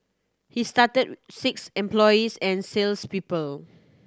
he started six employees and sales people